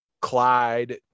Clyde